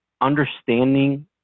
understanding